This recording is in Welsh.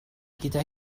gyda